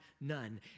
none